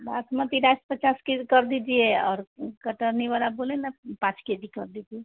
basmati rice पचास के कर दीजिए और कतरनी वाला बोले न पाँच के जी कर दीजिए